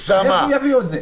מאיפה הם יביאו את זה?